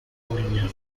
boliviano